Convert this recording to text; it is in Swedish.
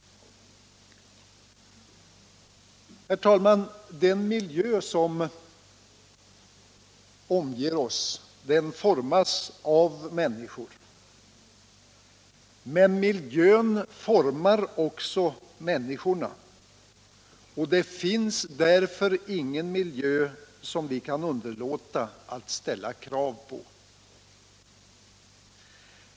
Herr talman! Den miljö som omger oss formas av människor, men miljön formar också människorna, och det finns därför ingen miljö som vi kan underlåta att ställa krav på.